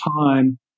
time